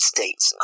States